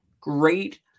Great